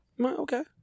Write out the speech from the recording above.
okay